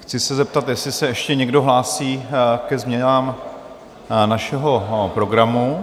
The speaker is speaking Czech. Chci se zeptat, jestli se ještě někdo hlásí ke změnám našeho programu.